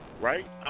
right